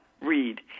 read